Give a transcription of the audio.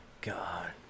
God